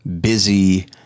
busy